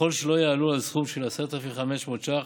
ככל שלא יעלו על סכום של 10,500 ש"ח,